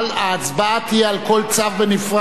אבל ההצבעה תהיה על כל צו בנפרד,